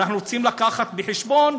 אנחנו רוצים להביא בחשבון,